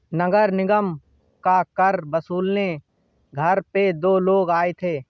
नगर निगम का कर वसूलने घर पे दो लोग आए थे